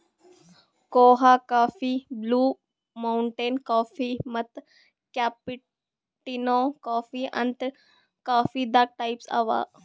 ಕೋಆ coffee, blue mountain coffee ಮತ್ತ್ cappuccino coffee ಅಂತ್ ಕಾಫೀದಾಗ್ ಟೈಪ್ಸ್ ಅವಾ